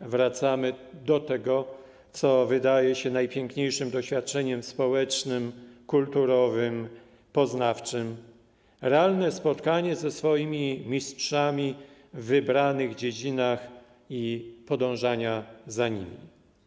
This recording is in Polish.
wracamy do tego, co wydaje się najpiękniejszym doświadczeniem społecznym, kulturowym, poznawczym - realne spotkania ze swoimi mistrzami w wybranych dziedzinach i podążania za nimi.